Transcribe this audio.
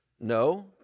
No